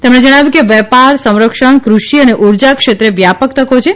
તેમણે જણાવ્યુ કે વેપાર સંરક્ષણ કૃષિ અને ઉર્જાક્ષેત્રે વ્યાપક તકો છે